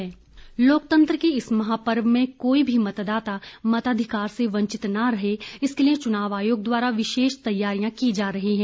चुनाव आयोग लोकतंत्र के इस महापर्व में कोई भी मतदाता मताधिकार से वंचित न रहे इसके लिए चुनाव आयोग द्वारा विशेष तैयारियां की जा रही है